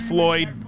Floyd